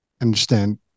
understand